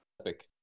epic